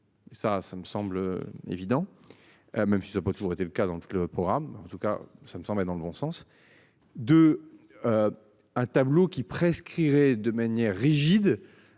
Ça ça me semble évident. Même si ça pas toujours été le cas dans le programme en tout cas ça me semble être dans le bon sens. De. Un tableau qui prescrivaient de manière rigide.